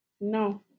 No